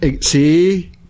See